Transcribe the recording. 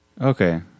Okay